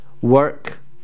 Work